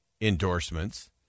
endorsements